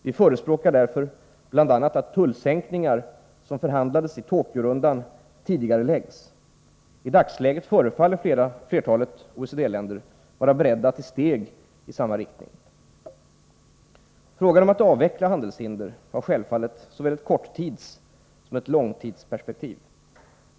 Vi förespråkar därför bl.a. att de tullsänkningar som det förhandlades om i Tokyorundan tidigareläggs. I dagsläget förefaller flertalet OECD-länder vara beredda till steg i samma riktning. Frågan om att avveckla handelshinder har självfallet såväl ett korttidssom ett långtidsperspektiv.